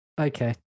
Okay